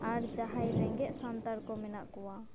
ᱟᱨ ᱡᱟᱦᱟᱸᱭ ᱨᱮᱸᱜᱮᱡ ᱥᱟᱱᱛᱟᱲ ᱠᱚ ᱢᱮᱱᱟᱜ ᱠᱚᱣᱟ